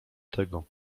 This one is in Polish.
tego